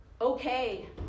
Okay